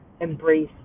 embrace